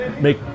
make